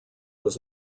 was